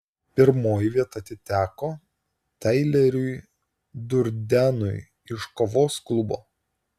pirmoji vieta atiteko taileriui durdenui iš kovos klubo